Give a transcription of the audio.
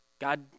God